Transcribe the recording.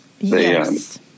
Yes